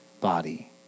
body